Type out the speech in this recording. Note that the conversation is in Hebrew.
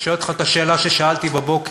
אני שואל אותך את השאלה ששאלתי בבוקר: